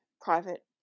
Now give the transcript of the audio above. private